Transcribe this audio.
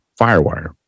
Firewire